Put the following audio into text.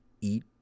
eat